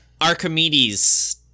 Archimedes